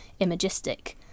imagistic